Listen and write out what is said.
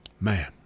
Man